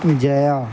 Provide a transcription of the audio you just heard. जया